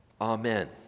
Amen